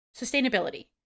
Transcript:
Sustainability